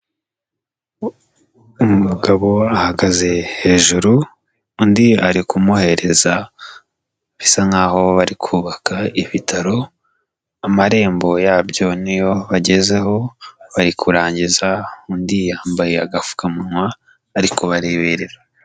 Umugabo ahagaze hejuru, undi ari kumuhereza bisa nk'aho bari kubaka ibitaro, amarembo yabyo niyo bagezeho, bari kurangiza, undi yambaye agapfukamunwa, ari kubareberera.